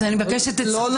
אז אני מבקשת שתצטט --- לא,